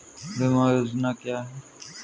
बीमा योजना क्या है?